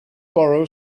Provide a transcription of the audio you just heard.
borrow